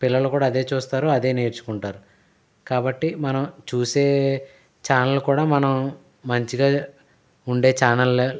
పిల్లలు కూడా అదే చూస్తారు అదే నేర్చుకుంటారు కాబట్టి మనం చూసే ఛానల్ కూడా మనం మంచిగా ఉండే ఛానల్